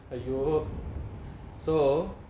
!aiyo! so